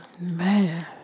man